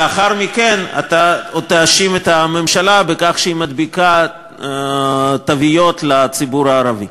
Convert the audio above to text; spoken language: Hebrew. לאחר מכן עוד תאשים את הממשלה שהיא מדביקה תוויות לציבור הערבי.